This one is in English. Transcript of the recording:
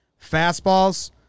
fastballs